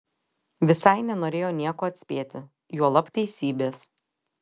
visai nenorėjo nieko atspėti juolab teisybės